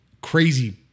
crazy